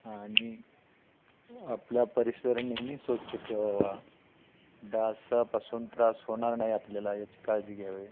आणि आपला परिसर नेहमी स्वच्छ ठेवावा डासापासून त्रास होणार नाही आपल्याला याची काळजी घ्यावे